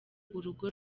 urugo